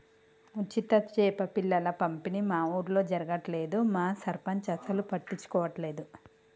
ఉచిత చేప పిల్లల పంపిణీ మా ఊర్లో జరగట్లేదు మా సర్పంచ్ అసలు పట్టించుకోవట్లేదు